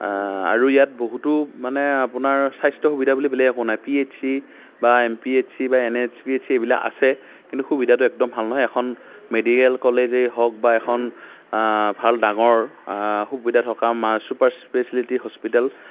আৰু ইয়াত বহুতো মানে আপোনাৰ স্বাস্থ্য সুবিধা বুলি বেলেগ একো নাই পি এইচ চি বা এম পি এইচ চি বা N A H P H C আছে কিন্তু সুবিধাটো একদম ভাল নহয় এখন মেডিকেল কলেজেই হওক বা এখন ভাল ডাঙৰ সুবিধা থকা আমাৰ চুপাৰ স্পেচিয়েলিটী থকা হস্পিতাল